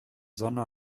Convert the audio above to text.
sonne